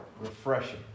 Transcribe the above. refreshing